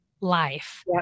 life